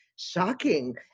Shocking